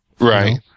Right